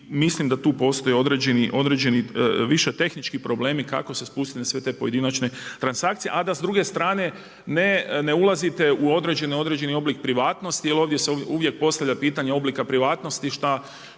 Mislim da tu postoje određeni više tehnički problemi kako se spustiti na sve te pojedinačne transakcije, a da s druge strane ne ulazite u određeni oblik privatnosti jel ovdje se uvijek postavlja pitanje povrata privatnosti šta